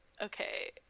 okay